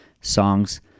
Songs